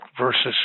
versus